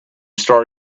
start